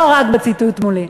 לא רק בציטוט מולי.